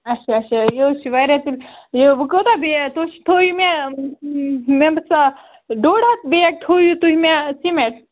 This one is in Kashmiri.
اچھا اچھا یہِ حظ چھِ واریاہ تیٚلہِ یہِ وۄنۍ کوٗتاہ بے تُہۍ تھٲیِو مےٚ مےٚ باسان ڈوٚڈ ہَتھ بیگ تھٲیِو تُہۍ مےٚ سیٖمَٮ۪ٹ